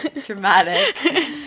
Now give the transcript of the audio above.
dramatic